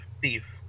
Thief